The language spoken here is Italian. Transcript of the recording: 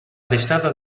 testata